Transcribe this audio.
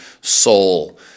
soul